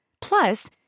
Plus